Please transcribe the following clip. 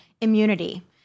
immunity